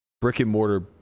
brick-and-mortar